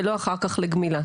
ולא אחר כך לגמילה.